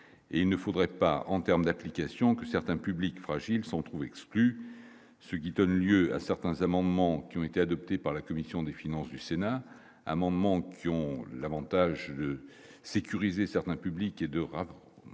et il ne faudrait pas en termes d'applications que certains publics fragiles sont trouvés exclus, ce qui donne lieu à certains amendements qui ont été adoptés par la commission des finances du Sénat un amendement qui ont l'Avantage de sécuriser certains publics et de rapports,